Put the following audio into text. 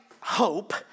hope